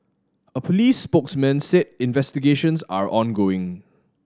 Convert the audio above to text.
a police spokesman said investigations are ongoing